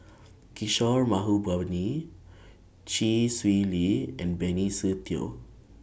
Kishore Mahbubani Chee Swee Lee and Benny Se Teo